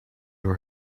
were